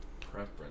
preference